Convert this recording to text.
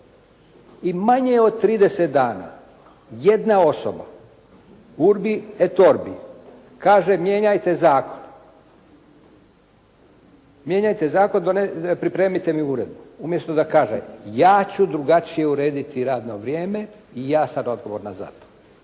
I manje je od 30 dana jedna osoba, urbi et orbi, kaže mijenjajte zakon. Mijenjajte zakon, priredite mi uredbu. Umjesto da kaže, ja ću drugačije urediti radno vrijeme i ja sam odgovorna za to.